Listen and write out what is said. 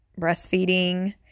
breastfeeding